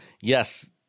yes